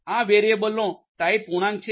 આ વેરિયેબલનો ટાઈપ પૂર્ણાંક છે